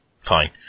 fine